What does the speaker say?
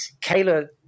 Kayla